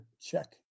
check